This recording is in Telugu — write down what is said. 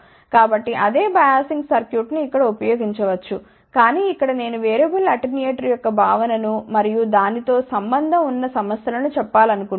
కాబట్టి అదే బయాసింగ్ సర్క్యూట్ను ఇక్కడ ఉపయోగించవచ్చు కాని ఇక్కడ నేను వేరియబుల్ అటెన్యూయేటర్ యొక్క భావనను మరియు దానితో సంబంధం ఉన్న సమస్య లను చెప్పాలనుకుంటున్నాను